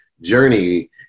journey